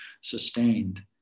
sustained